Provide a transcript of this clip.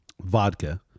vodka